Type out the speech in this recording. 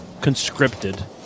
conscripted